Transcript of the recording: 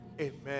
Amen